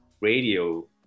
radio